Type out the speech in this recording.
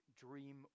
dream